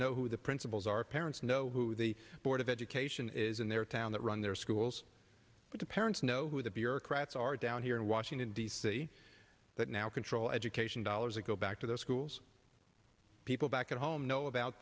know who the principals are parents know who the board of education is in their town that run their schools but the parents know who the bureaucrats are down here in washington d c that now control education dollars and go back to the schools people back at home know about